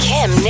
Kim